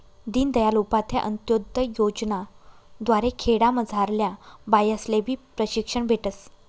दीनदयाल उपाध्याय अंतोदय योजना द्वारे खेडामझारल्या बायास्लेबी प्रशिक्षण भेटस